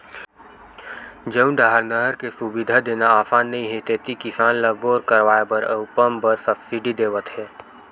जउन डाहर नहर के सुबिधा देना असान नइ हे तेती किसान ल बोर करवाए बर अउ पंप बर सब्सिडी देवत हे